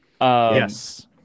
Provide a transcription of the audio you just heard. Yes